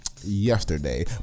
Yesterday